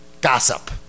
gossip